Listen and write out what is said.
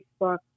Facebook